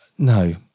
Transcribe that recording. No